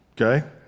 Okay